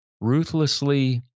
Ruthlessly